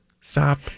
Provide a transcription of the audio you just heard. Stop